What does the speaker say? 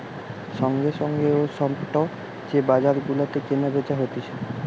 সঙ্গে সঙ্গে ও স্পট যে বাজার গুলাতে কেনা বেচা হতিছে